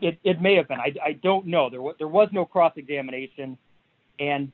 it may have been i don't know there was there was no cross examination and